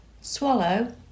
Swallow